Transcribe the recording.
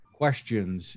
questions